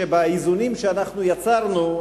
שבאיזונים שאנחנו יצרנו,